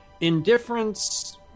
indifference